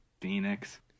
Phoenix